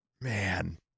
Man